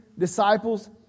Disciples